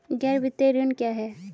गैर वित्तीय ऋण क्या है?